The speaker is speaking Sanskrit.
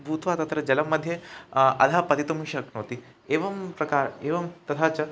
भूत्वा तत्र जलं मध्ये अधः पतितुं शक्नोति एवं प्रकारः एवं तथा च